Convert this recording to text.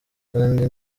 kandi